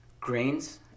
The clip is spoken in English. grains